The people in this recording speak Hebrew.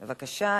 בבקשה,